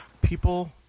people